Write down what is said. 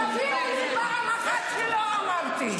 תנו לי פעם אחת שלא אמרתי.